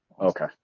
Okay